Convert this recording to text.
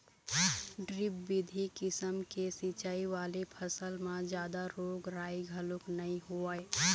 drip बिधि किसम के सिंचई वाले फसल म जादा रोग राई घलोक नइ होवय